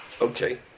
Okay